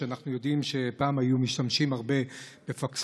אנחנו יודעים שפעם היו משתמשים הרבה בפקסימיליה,